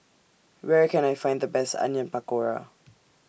Where Can I Find The Best Onion Pakora